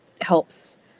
helps